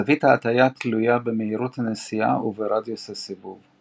זווית ההטייה תלויה במהירות הנסיעה וברדיוס הסיבוב.